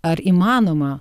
ar įmanoma